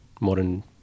modern